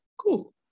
cool